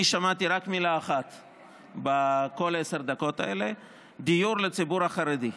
אני שמעתי רק משפט אחד בכל עשר הדקות הללו: דיור לציבור החרדי.